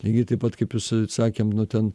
lygiai taip pat kaip jūs ir sakėm nu ten